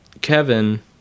Kevin